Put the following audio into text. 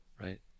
right